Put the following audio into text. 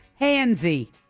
handsy